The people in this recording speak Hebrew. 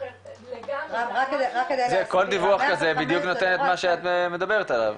--- כל דיווח כזה נותן את מה שאת מדברת עליו.